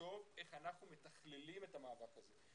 לחשוב איך אנחנו מתכללים את המאבק הזה.